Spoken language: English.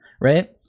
Right